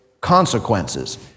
consequences